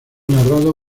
narrado